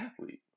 athlete